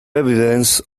evidence